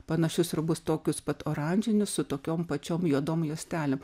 panašius rūbus tokius pat oranžinius su tokiom pačiom juodom juostelėm